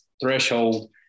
threshold